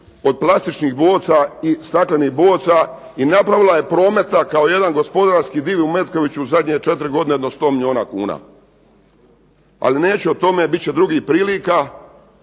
od plastičnih boca i staklenih boca i napravila je prometa kao jedan gospodarski div u Metkoviću u zadnje četiri godine jedno 100 milijuna kuna. Ali neću o tome, bit će drugih prilika.